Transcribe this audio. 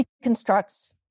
reconstructs